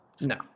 No